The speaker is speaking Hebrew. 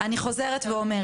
אני חוזרת ואומרת,